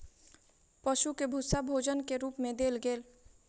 पशु के भूस्सा भोजन के रूप मे देल गेल